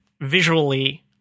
visually